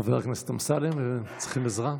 אמסלם, צריכים עזרה?